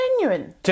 Genuine